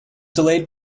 delayed